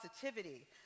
positivity